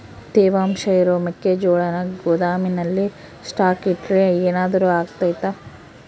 ತೇವಾಂಶ ಇರೋ ಮೆಕ್ಕೆಜೋಳನ ಗೋದಾಮಿನಲ್ಲಿ ಸ್ಟಾಕ್ ಇಟ್ರೆ ಏನಾದರೂ ಅಗ್ತೈತ?